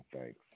thanks